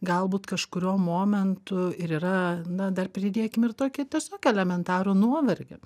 galbūt kažkuriuo momentu ir yra na dar pridėkim ir tokį tiesiog elementarų nuovargį